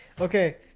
okay